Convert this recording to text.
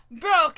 broken